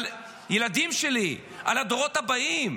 על הילדים שלי, על הדורות הבאים.